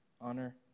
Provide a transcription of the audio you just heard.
Honor